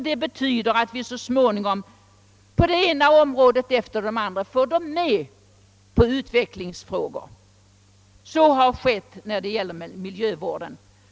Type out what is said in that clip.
Det betyder att vi så småningom på det ena området efter det andra får dem med i utvecklingsarbetet. Så har skett när det gäller miljövården.